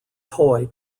toy